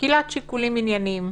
שקילת שיקולים ענייניים.